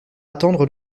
attendre